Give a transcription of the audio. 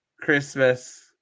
Christmas